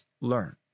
learn